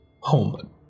home